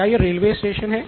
क्या यह railway station है